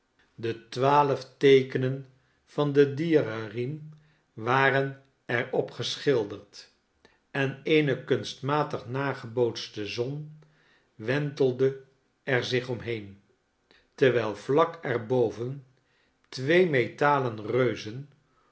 de twaalf teekenen van den dierenriem waren er op geschilderd en eene kunstmatig nagebootste zon wentelde er zich omheen terwijl vlak er boven twee metalen reuzen